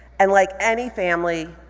and like any family,